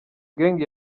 gang